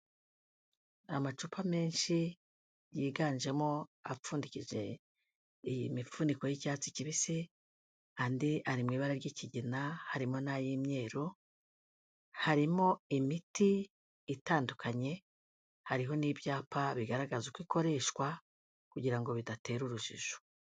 Amacupa menshi, yiganjemo apfundikije imifuniko y'icyatsi kibisi, andi ari mu ibara ry'ikigina, harimo n'ay'imyeru; harimo imiti itandukanye, hariho n'ibyapa bigaragaza uko ikoreshwa, kugira ngo bidatera urujijo.